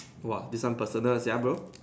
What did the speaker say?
!wah! this one personal sia bro